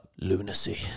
Lunacy